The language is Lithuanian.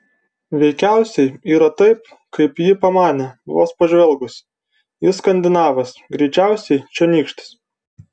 veikiausiai yra taip kaip ji pamanė vos pažvelgusi jis skandinavas greičiausiai čionykštis